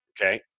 Okay